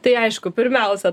tai aišku pirmiausia